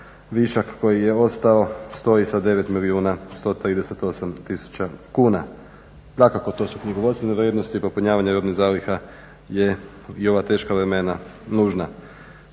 višak koji je ostao stoji sa 9 milijuna 138 tisuća kuna. Dakako to su knjigovodstvene vrijednosti. Popunjavanje robnih zaliha je i u ova teška vremena nužno.